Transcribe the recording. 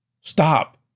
Stop